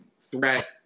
threat